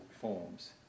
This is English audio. forms